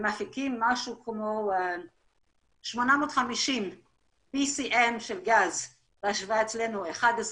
מפיקים משהו כמו 850 PCM של גז בהשוואה אלינו 11